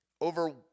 over